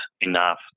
enough